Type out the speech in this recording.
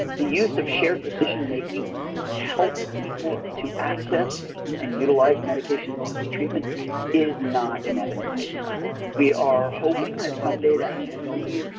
the use of shared decision-making to help people to access and utilize medication-assisted treatment is not an evidence-based practice. we are hoping that someday that can be